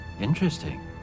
Interesting